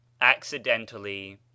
Accidentally